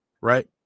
right